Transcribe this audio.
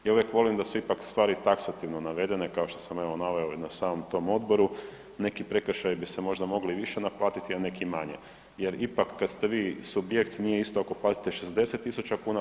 Ja uvijek volim da su ipak stvari taksativno navedene kao što sam evo naveo i na samom to odboru, neki prekršaji bi se možda mogli više naplatiti, a neki manje jer ipak kad ste vi subjekt nije isto ako platite 60 000 kuna, a kazna npr. 50 kao pravni subjekt i 10 kao fizička osoba ili ako platite 150 000 kuna.